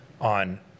on